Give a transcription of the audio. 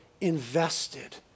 invested